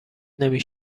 نمی